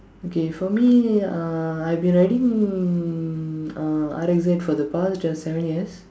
okay for me uh I've been riding uh R R Z for the past just seven years